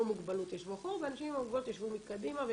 מוגבלות ישבו אחורה ואנשים עם המוגבלות ישבו מקדימה.